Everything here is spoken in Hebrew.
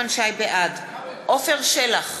בעד עפר שלח,